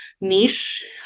niche